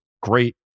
great